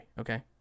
Okay